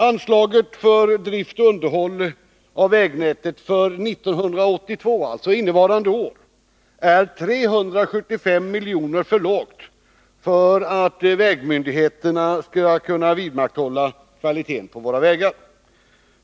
Anslaget för drift och underhåll av vägnätet för innevarande år är 375 milj.kr. för lågt för att vägmyndigheterna skall kunna vidmakthålla kvaliteten på våra vägar.